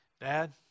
Dad